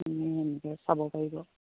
আনি এনেকৈ চাব পাৰিব